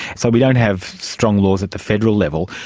so we don't have strong laws at the federal level.